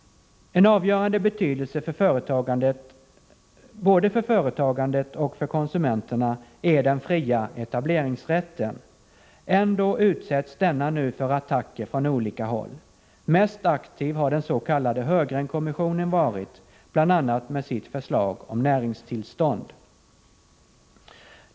En avgörande betydelse både för företagandet och för konsumenter är den fria etableringsrätten. Ändå utsätts denna nu för attacker från olika håll. Mest aktiv har den s.k. Heurgrenkommissionen varit, bl.a. med sitt förslag om näringstillstånd.